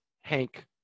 Hank